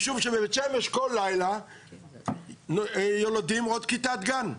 משום שבבית שמש כל לילה נולדים עוד כיתת גן.